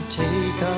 take